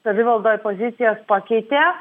savivaldoje pozicijas pakeitė